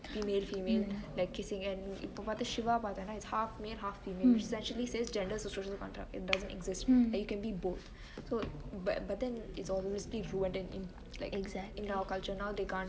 female female like kissing and இப்ப பாத்தனா சிவா பாத்தனா:ippe paathenaa shiva paathenaa it's half male half female which actually says gender is a social construct it doesn't exist it can be both so but then it's always rude in our culture now they can't